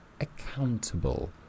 accountable